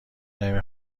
نمی